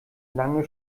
lange